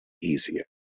easier